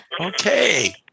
Okay